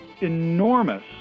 enormous